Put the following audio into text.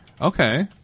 okay